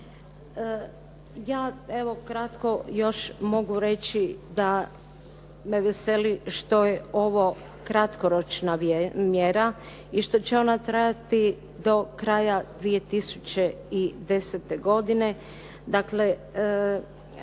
Ja evo kratko još mogu reći da me veseli što je ovo kratkoročna mjera i što će ona trajati do kraja 2010. godine,